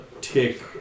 tick